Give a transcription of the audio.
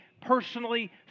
personally